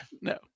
No